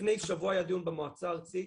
לפני שבוע היה דיון במועצה הארצית,